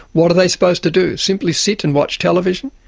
what are they supposed to do? simply sit and watch television?